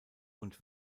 und